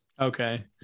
Okay